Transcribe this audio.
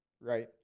right